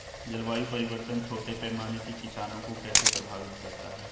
जलवायु परिवर्तन छोटे पैमाने के किसानों को कैसे प्रभावित करता है?